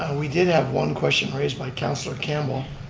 and we did have one question raised by councillor campbell.